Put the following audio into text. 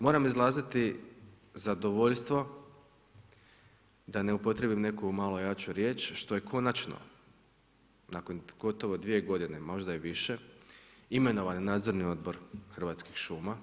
Moram izraziti zadovoljstvo da ne upotrebom neku jaču riječ, što je konačno, nakon, gotovo 2 g. možda i više, imenovan je nadzorni odbor Hrvatskih šuma.